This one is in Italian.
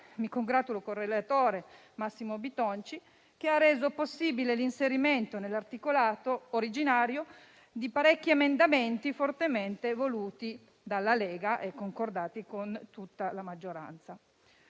mi congratulo con il relatore, Massimo Bitonci, che ha reso possibile l'inserimento, nell'articolato originario, di parecchi emendamenti fortemente voluti dalla Lega e concordati con tutta la maggioranza.